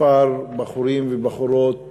כמה בחורים ובחורות